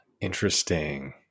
interesting